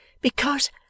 Because